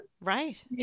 Right